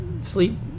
sleep